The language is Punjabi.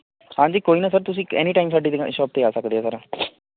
ਹਾਂਜੀ ਕੋਈ ਨਾ ਸਰ ਤੁਸੀਂ ਇੱਕ ਅੇਨੀ ਟਾਈਮ ਸਾਡੀ ਦੁਕਾ ਸ਼ਾਪ 'ਤੇ ਆ ਸਕਦੇ ਹੋ ਸਰ